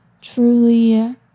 truly